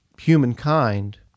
humankind